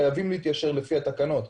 חייבים להתיישר לפי התקנות.